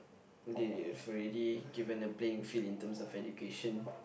they've already given a playing field in terms of education